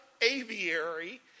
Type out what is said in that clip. aviary